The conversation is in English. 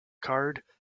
card